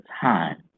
time